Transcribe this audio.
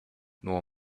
nor